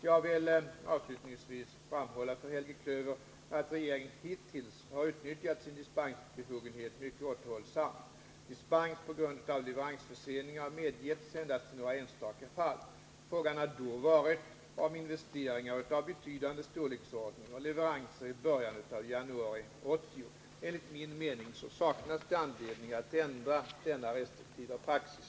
Jag vill avslutningsvis framhålla för Helge Klöver att regeringen hittills har utnyttjat sin dispensbefogenhet mycket återhållsamt. Dispens på grund av leveransförsening har medgetts endast i några enstaka fall. Fråga har då varit om investeringar av betydande storleksordning och leveranser i början av januari 1980. Enligt min mening saknas det anledning att ändra denna restriktiva praxis.